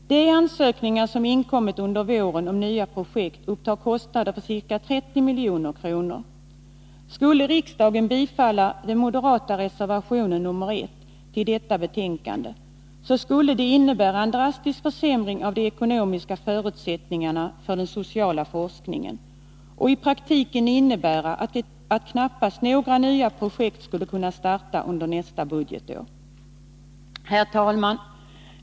De ansökningar som inkommit under våren om nya projekt upptar kostnader för ca 30 milj.kr. Skulle riksdagen bifalla den moderata reservationen nr 1 till detta betänkande skulle det innebära en drastisk försämring av de ekonomiska förutsättningarna för den sociala forskningen, och i praktiken skulle det innebära att knappast några nya projekt skulle kunna starta under nästa budgetår. Herr talman!